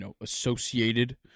associated